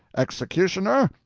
executioner,